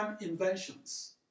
inventions